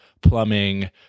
plumbing